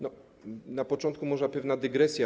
Na początku może pewna dygresja.